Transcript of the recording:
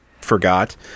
forgot